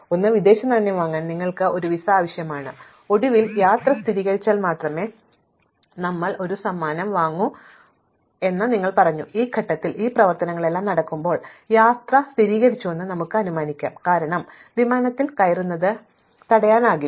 തുടർന്ന് ഒരു വിദേശനാണ്യം വാങ്ങാൻ നിങ്ങൾക്ക് ഒരു വിസ ആവശ്യമാണ് ഒടുവിൽ യാത്ര സ്ഥിരീകരിച്ചാൽ മാത്രമേ ഞങ്ങൾ ഒരു സമ്മാനം വാങ്ങൂ എന്ന് നിങ്ങൾ പറഞ്ഞു ഈ ഘട്ടത്തിൽ ഈ പ്രവർത്തനങ്ങളെല്ലാം നടക്കുമ്പോൾ യാത്ര സ്ഥിരീകരിച്ചുവെന്ന് ഞങ്ങൾക്ക് അനുമാനിക്കാം കാരണം വിമാനത്തിൽ കയറുന്നത് തടയുന്നില്ല